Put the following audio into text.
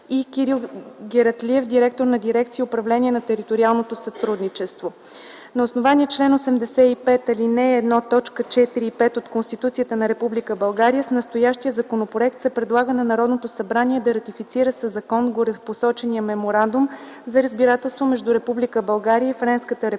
и Кирил Гератлиев – директор на Дирекция „Управление на териториалното сътрудничество”. На основание чл. 85, ал. 1, т. 4 и 5 от Конституцията на Република България с настоящия законопроект се предлага на Народното събрание да ратифицира със закон горепосочения Меморандум за разбирателство между Република